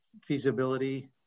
feasibility